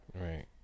Right